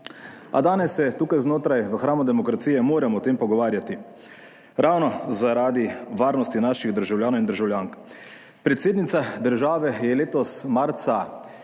A danes se tukaj znotraj v hramu demokracije moramo o tem pogovarjati ravno zaradi varnosti naših državljanov in državljank. Predsednica države je letos marca